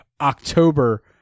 october